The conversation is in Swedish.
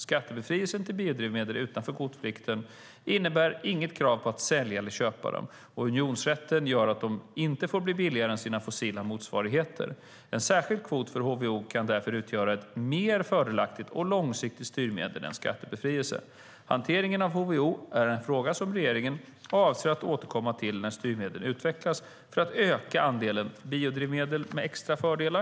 Skattebefrielsen till biodrivmedel utanför kvotplikten innebär inget krav på att sälja eller köpa dem, och unionsrätten gör att de inte får bli billigare än sina fossila motsvarigheter. En särskild kvot för HVO kan därför utgöra ett mer fördelaktigt och långsiktigt styrmedel än skattebefrielse. Hanteringen av HVO är en fråga som regeringen avser att återkomma till när styrmedlen utvecklas för att öka andelen biodrivmedel med extra fördelar.